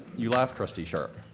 you laugh trustee sharp